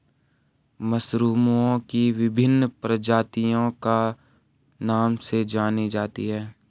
मशरूमओं की विभिन्न प्रजातियां खाद्य कवक के नाम से जानी जाती हैं